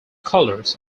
colours